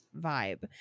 vibe